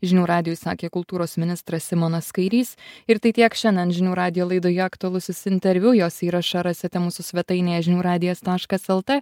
žinių radijui sakė kultūros ministras simonas kairys ir tai tiek šiandien žinių radijo laidoje aktualusis interviu jos įrašą rasite mūsų svetainėje žinių radijas taškas lt